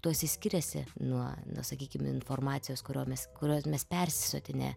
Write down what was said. tuos jis skiriasi nuo na sakykim informacijos kuriomis kurios mes persisotinę